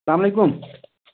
السلام علیکُم